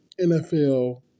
NFL